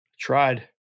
Tried